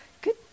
good